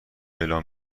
اعلام